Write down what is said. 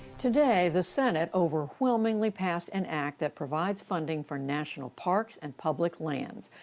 today, the senate overwhelmingly passed an act that provides funding for national parks and public lands.